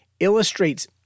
illustrates